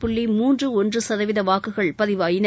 புள்ளி மூன்று ஒன்று சதவீத வாக்குகள் பதிவாகின